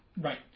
Right